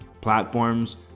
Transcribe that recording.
platforms